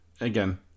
Again